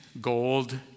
gold